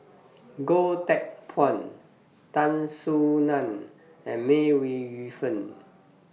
Goh Teck Phuan Tan Soo NAN and May Ooi Yu Fen